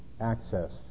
access